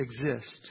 exist